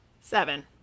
Seven